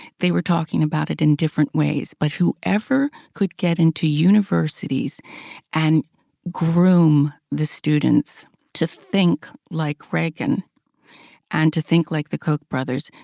they were talking about it in different ways, but whoever could get into universities and groom the students to think like reagan and to think like the koch brothers,